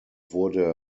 wurde